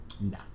No